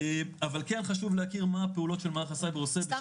אבל כן חשוב להכיר מה הפעולות של מערך הסייבר עושה זה חשוב.